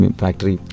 factory